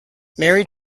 married